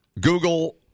Google